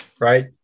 right